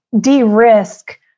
de-risk